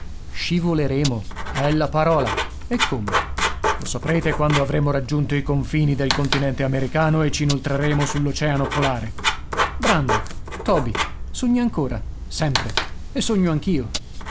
scivoleremo è la parola e come lo saprete quando avremo raggiunto i confini del continente americano e ci inoltreremo sull'oceano polare brandok toby sogni ancora sempre e sogno anch'io